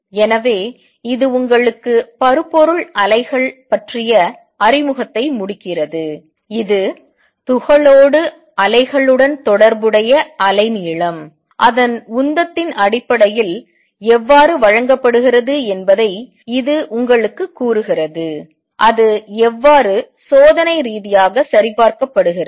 எனவே இது உங்களுக்கு பருப்பொருள் அலைகள் பற்றிய அறிமுகத்தை முடிக்கிறது இது துகளோடு அலைகளுடன் தொடர்புடைய அலைநீளம் அதன் உந்தத்தின் அடிப்படையில் எவ்வாறு வழங்கப்படுகிறது என்பதை இது உங்களுக்குக் கூறுகிறது அது எவ்வாறு சோதனை ரீதியாக சரிபார்க்கப்படுகிறது